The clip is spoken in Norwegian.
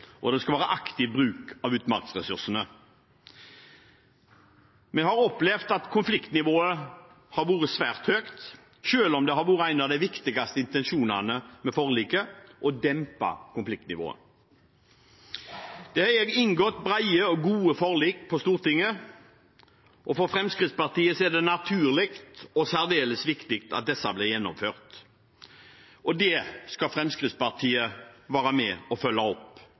og det skal være aktiv bruk av utmarksressursene. Vi har opplevd at konfliktnivået har vært svært høyt, selv om en av de viktigste intensjonene med forliket har vært å dempe konfliktnivået. Det er inngått brede og gode forlik på Stortinget. For Fremskrittspartiet er det naturlig og særdeles viktig at disse blir gjennomført, og det skal Fremskrittspartiet være med på å følge opp,